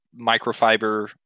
microfiber